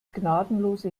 gnadenlose